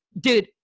dude